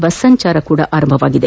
bus ಸಂಚಾರ ಆರಂಭವಾಗಿದೆ